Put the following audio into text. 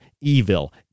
evil